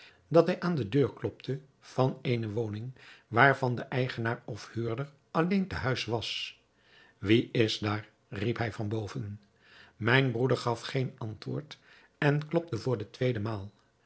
dat hij aan de deur klopte van eene woning waarvan de eigenaar of huurder alleen te huis was wie is daar riep hij van boven mijn broeder gaf geen antwoord en klopte voor de tweede maal